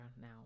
now